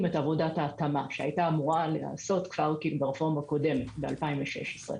את עבודת ההתאמה שהייתה אמורה להיעשות כבר ברפורמה קודמת ב-2016.